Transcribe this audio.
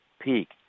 peak